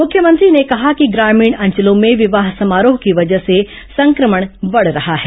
मुख्यमंत्री ने कहा कि ग्रामीण अंचलों में विवाह समारोह की वजह से संक्रमण बढ़ रहा है